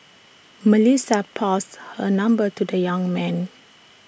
Melissa passed her number to the young man